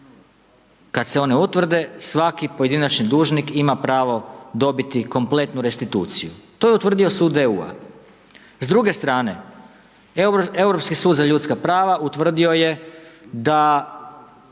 kad se one utvrde, svaki pojedinačni dužnik ima pravo dobiti kompletnu restituciju. To je utvrdio sud EU-a. S druge strane, Europski sud za ljudska prava utvrdio je da